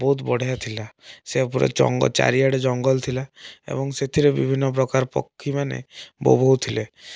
ବହୁତ ବଢ଼ିଆ ଥିଲା ସେ ପୁଣି ଜଙ୍ଗ ଚାରିଆଡ଼େ ଜଙ୍ଗଲ ଥିଲା ଏବଂ ସେଥିରେ ବିଭିନ୍ନ ପ୍ରକାର ପକ୍ଷୀମାନେ ବୋବୋଉ ଥିଲେ